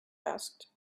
asked